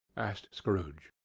asked scrooge.